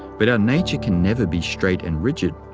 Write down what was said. but our nature can never be straight and rigid,